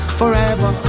forever